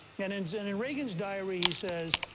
and in so and in reagan's diary, he says,